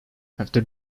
after